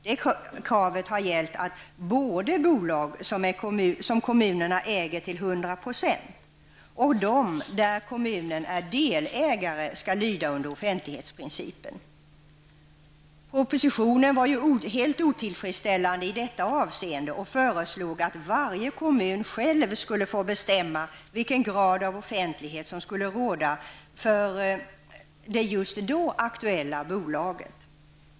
Det kravet har gällt att både bolag som kommunerna äger till 100 % och de där kommunen är delägare skall lyda under offentlighetsprincipen. Propositionen var ju helt otillfredsställande i detta avseende. Där föreslogs att varje kommun själv skulle få bestämma vilken grad av offentlighet som skulle råda för det just då aktuella bolaget.